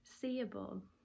seeable